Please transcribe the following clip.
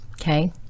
okay